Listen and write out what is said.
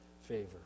favor